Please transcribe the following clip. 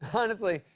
honestly,